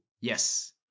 Yes